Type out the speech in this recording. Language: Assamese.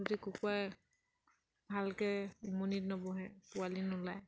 যদি কুকুৰাই ভালকৈ উমনিত নবহে পোৱালি নোলায়